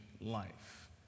life